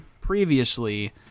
previously